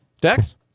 Dex